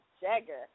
Jagger